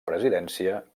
presidència